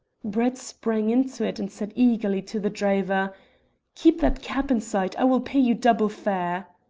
brett sprang into it and said eagerly to the driver keep that cab in sight! i will pay you double fare!